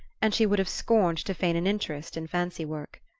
and she would have scorned to feign an interest in fancywork.